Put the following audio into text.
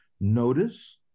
Notice